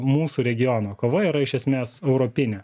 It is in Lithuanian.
mūsų regiono kova yra iš esmės europinė